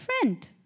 friend